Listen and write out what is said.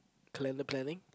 calendar planning